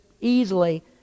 easily